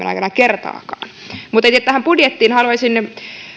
aikana kertaakaan mutta tähän budjettiin haluaisin